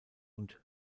und